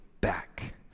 back